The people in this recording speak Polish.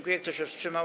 Kto się wstrzymał?